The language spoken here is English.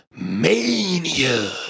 Mania